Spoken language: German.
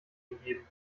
angegeben